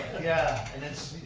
yeah. and it